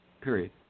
Period